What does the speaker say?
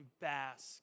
bask